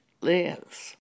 lives